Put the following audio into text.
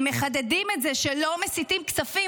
הם מחדדים את זה שלא מסיטים כספים,